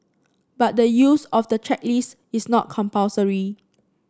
but the use of the checklist is not compulsory